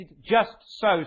just-so